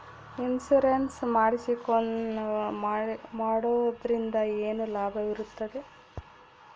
Insurance ಮಾಡೋದ್ರಿಂದ ಏನು ಲಾಭವಿರುತ್ತದೆ?